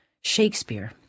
Shakespeare